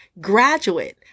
graduate